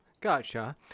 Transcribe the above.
Gotcha